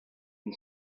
and